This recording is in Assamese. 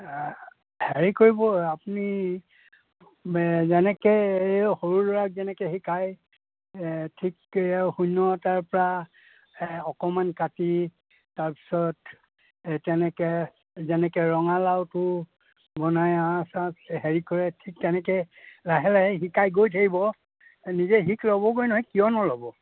হেৰি কৰিব আপুনি যেনেকৈ সৰু ল'ৰাক যেনেকৈ শিকায় ঠিক শূন্য এটাৰ পৰা অকণমান কাটি তাৰপিছত এই তেনেকৈ যেনেকৈ ৰঙালাওটো বনাই আঁচ আঁচ হেৰি কৰে ঠিক তেনেকৈ লাহে লাহে শিকাই গৈ থাকিব নিজে শিক ল'বগৈ নহয় কিয় নল'ব